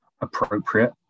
appropriate